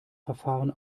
verfahren